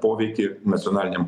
poveikį nacionaliniam